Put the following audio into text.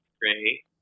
great